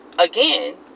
Again